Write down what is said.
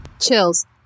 chills